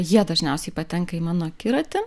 jie dažniausiai patenka į mano akiratį